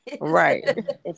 right